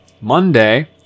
Monday